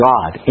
God